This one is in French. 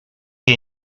que